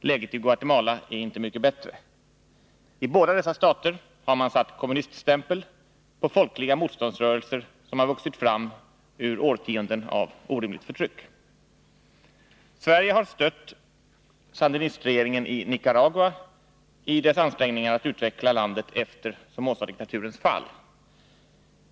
Läget i Guatemala är inte mycket bättre. I båda dessa stater har man satt kommuniststämpel på folkliga motståndsrörelser som har vuxit fram ur årtionden av orimligt förtryck. Sverige har stött sandinistregeringen i Nicaragua i dess ansträngningar att utveckla landet efter Somozadiktaturens fall.